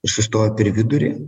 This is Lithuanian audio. ir sustojo per vidurį